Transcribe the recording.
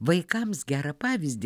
vaikams gerą pavyzdį